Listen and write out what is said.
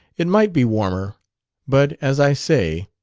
it might be warmer but, as i say.